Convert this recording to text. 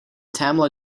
tamala